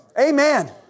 Amen